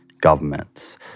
governments